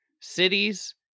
cities